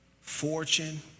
fortune